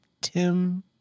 Tim